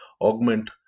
augment